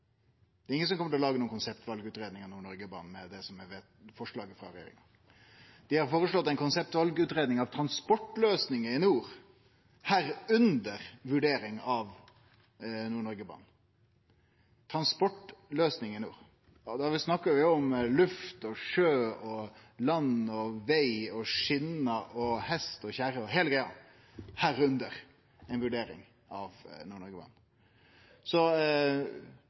Det er ingen som kjem til å lage noka konseptvalutgreiing av Nord-Noreg-banen med det som er forslaget frå regjeringa. Dei har føreslått ei konseptvalutgreiing av transportløysingar i nord, irekna ei vurdering av Nord-Noreg-banen. Transportløysingar i nord – da snakkar vi om luft og sjø og land og veg og skjener og hest og kjerre og heile greia, irekna ei vurdering av